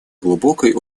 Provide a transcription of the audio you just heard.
глубокой